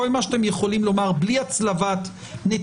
כל מה שאתם יכולים לומר בלי הצלבת נתונים